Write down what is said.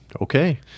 okay